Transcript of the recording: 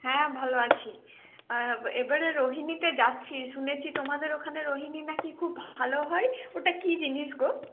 হ্যাঁ ভালো আছি এবারে রোহিণীতে যাচ্ছি শুনেছি তোমাদের ওখানে রোহিণী নাকি খুব ভালো হয় ওটা কি জিনিস গো